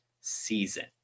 season